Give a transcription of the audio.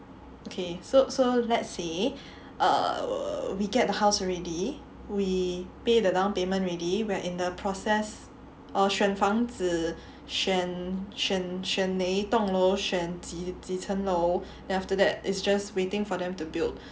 okay so so let's say err we get the house already we pay the down payment already we're in the process err 选房子选选选哪一栋楼选几层楼 then after that it's just waiting for them to build